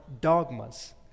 dogmas